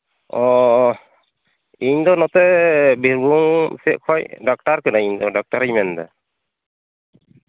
ᱚ ᱤᱧ ᱫᱚ ᱱᱚᱛᱮ ᱵᱤᱨᱵᱷᱩᱢ ᱥᱮᱫ ᱠᱷᱚᱱ ᱰᱟᱠᱴᱟᱨ ᱠᱟᱹᱱᱟᱹᱧ ᱤᱧ ᱫᱚ ᱰᱟᱠᱴᱟᱨᱤᱧ ᱢᱮᱱᱫᱟ